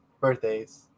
birthdays